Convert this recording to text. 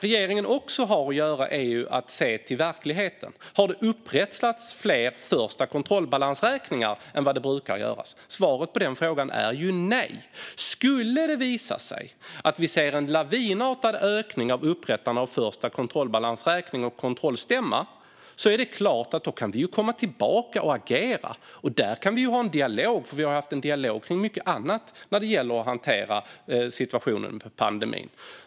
Regeringen måste också se till verkligheten. Har fler första kontrollbalansräkningar upprättats än vad som brukar göras? Svaret på frågan är nej. Om vi skulle se en lavinartad ökning av upprättande av första kontrollbalansräkning och kontrollstämma kan vi såklart komma tillbaka och agera. Där kan vi ha en dialog, vilket vi ju har haft om mycket annat när vi har hanterat situationen med pandemin.